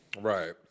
Right